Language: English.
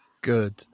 Good